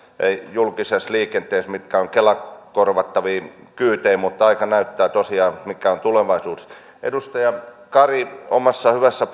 julkisessa liikenteessä mitkä ovat kela korvattavia kyytejä mutta aika näyttää tosiaan mikä on tulevaisuus edustaja kari omassa hyvässä